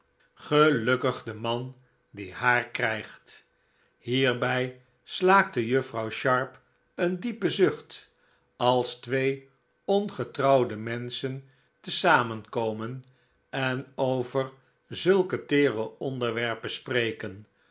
gelukkig de man die haar krijgt hierbij slaakte juffrouw sharp een diepen zucht als twee ongetrouwde menschen te zamen komen en over zulke teere onderwerpen spreken